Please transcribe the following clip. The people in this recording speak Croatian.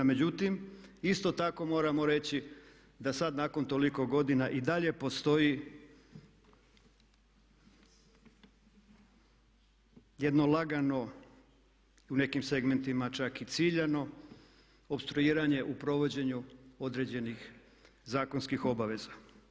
Međutim, isto tako moramo reći da sada nakon toliko godina i dalje postoji jedno lagano i nekim segmentima čak i ciljano opstruiranje u provođenju određenih zakonskih obaveza.